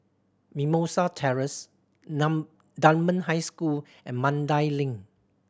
Mimosa Terrace Dunman High School and Mandai Link